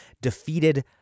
defeated